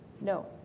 No